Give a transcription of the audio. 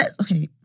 okay